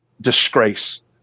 Disgrace